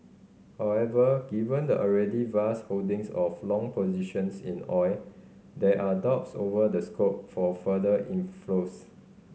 however given the already vast holdings of long positions in oil there are doubts over the scope for further inflows